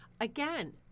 again